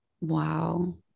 Wow